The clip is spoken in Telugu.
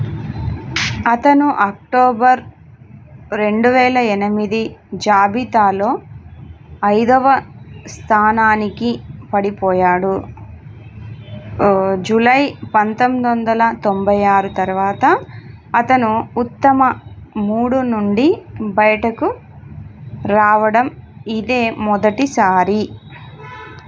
అతను అక్టోబర్ రెండు వేల ఎనిమిది జాబితాలో ఐదవ స్థానానికి పడిపోయాడు జులై పంతొమ్మిది వందల తొంభై ఆరు తరువాత అతను ఉత్తమ మూడు నుండి బయటకు రావడం ఇదే మొదటిసారి